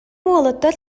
уолаттар